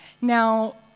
Now